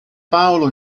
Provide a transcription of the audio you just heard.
paolo